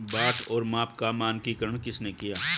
बाट और माप का मानकीकरण किसने किया?